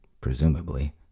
presumably